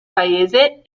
paese